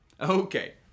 Okay